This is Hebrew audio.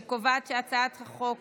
אני קובעת שהצעת חוק